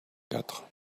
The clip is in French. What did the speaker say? quatre